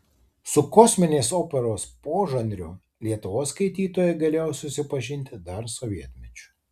su kosminės operos požanriu lietuvos skaitytojai galėjo susipažinti dar sovietmečiu